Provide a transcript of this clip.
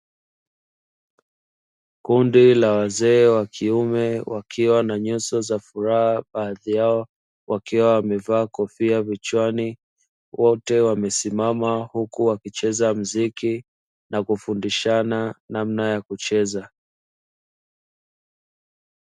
Kundi la wazee wa kiume wakiwa na nyuso za furaha baadhi yao wakiwa wamevaa kofia vichwani wote wamesimama, huku wakicheza mziki na kufundishana namna ya kucheza.